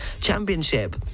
Championship